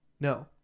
No